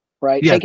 right